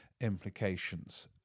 implications